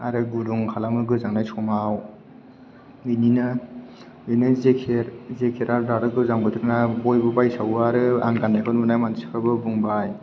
आरो गुदुं खालामो गोजांनाय समाव बिदिनो जेकेट दाथ' गोजां बोथोरना बयबो बायसावो आरो आं गाननायखौ नुना मानसिफोराबो बुंबाय